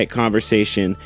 conversation